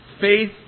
Faith